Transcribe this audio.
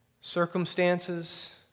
circumstances